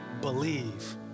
believe